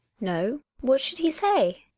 no. what should he say?